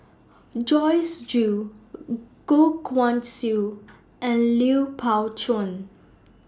Joyce Jue Goh Guan Siew and Lui Pao Chuen